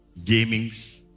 gamings